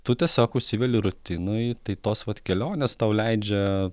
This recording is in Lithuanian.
tu tiesiog užsiveli rutinoj tai tos vat kelionės tau leidžia